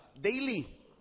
Daily